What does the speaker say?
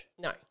No